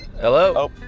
Hello